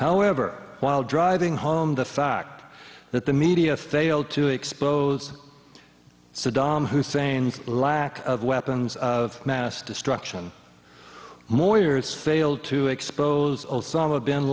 however while driving home the fact that the media failed to expose saddam hussein's lack of weapons of mass destruction maurier's failed to expose osama bin